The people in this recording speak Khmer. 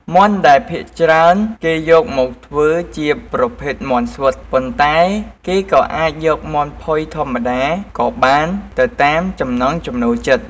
មាន់ដែលភាគច្រើនគេយកមកធ្វើជាប្រភេទមាន់ស្វិត ប៉ុន្តែគេក៏អាចយកមាន់ផុយធម្មតាក៏បានទៅតាមចំណង់ចំណូលចិត្ត។